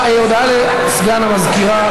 הודעה לסגן המזכירה.